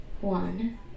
one